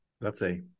Lovely